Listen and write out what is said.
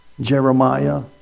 Jeremiah